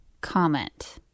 comment